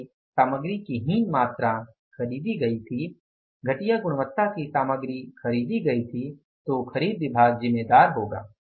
यदि सामग्री की हीन मात्रा खरीदी गई थी घटिया गुणवत्ता की सामग्री खरीदी गई थी तो खरीद विभाग जिम्मेदार होगा